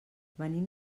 venim